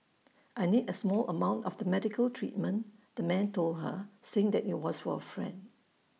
I need A small amount for the medical treatment the man told her saying that IT was for A friend